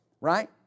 Right